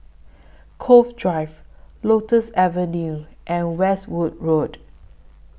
Cove Drive Lotus Avenue and Westwood Road